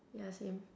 ya same